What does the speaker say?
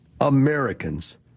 Americans